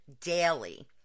daily